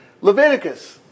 Leviticus